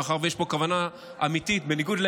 מאחר שיש פה כוונה אמיתית בניגוד,